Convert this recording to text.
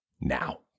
now